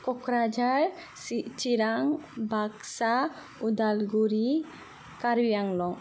Kokrajhar Chirang Baksa Udalguri कार्बिआंलं